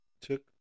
took